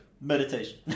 meditation